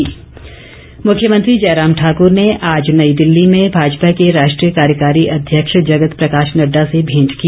मेंट मुख्यमंत्री जयराम ठाकूर ने आज नई दिल्ली में भाजपा के राष्ट्रीय कार्यकारी अध्यक्ष जगत प्रकाश नड्डा से भेंट की